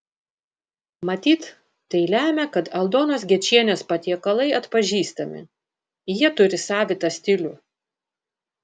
matyt tai lemia kad aldonos gečienės patiekalai atpažįstami jie turi savitą stilių